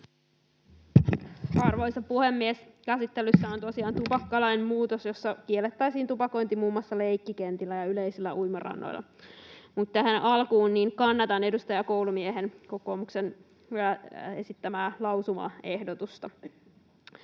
Arvoisa puhemies! Käsittelyssä on tosiaan tupakkalain muutos, jossa kiellettäisiin tupakointi muun muassa leikkikentillä ja yleisillä uimarannoilla. Mutta tähän alkuun: kannatan kokoomuksen edustaja Koulumiehen esittämää lausumaehdotusta.